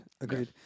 Agreed